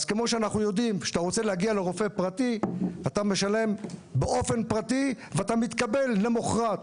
אתה משלם באופן פרטי ואתה מתקבל למחרת,